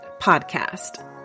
Podcast